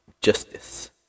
Justice